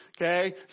Okay